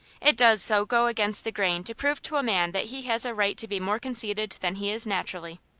it does so go against the grain to prove to a man that he has a right to be more conceited than he is naturally.